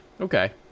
Okay